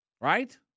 right